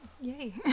Yay